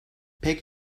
pek